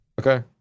Okay